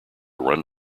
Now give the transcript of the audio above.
run